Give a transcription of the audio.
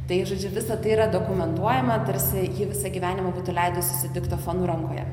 tai žodžiu visa tai yra dokumentuojama tarsi ji visą gyvenimą būtų leidusi su diktofonu rankoje